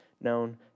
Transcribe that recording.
known